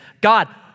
God